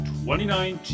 2019